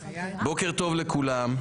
שלום לכולם,